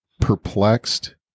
perplexed